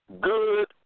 Good